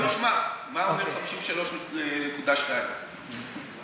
בוא נשמע מה אומר 53(2). אני